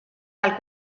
del